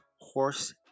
horse